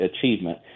achievement